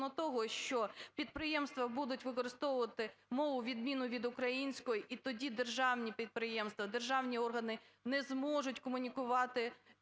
того, що підприємства будуть використовувати мову, відмінну від української, і тоді державні підприємства, державні органи не зможуть комунікувати